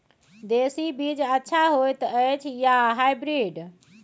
देसी बीज अच्छा होयत अछि या हाइब्रिड?